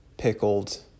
pickled